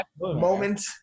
moment